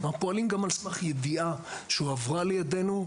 אנחנו פועלים על סמך ידיעה שהועברה לידינו,